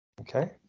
Okay